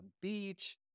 beach